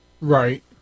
Right